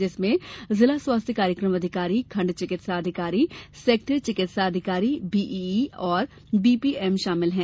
जिसमें जिला स्वास्थ्य कार्यकम अधिकारी खण्ड चिकित्सा अधिकारी सेक्टर चिकित्सा अधिकारी बीईई और बीपीएम शामिल हुए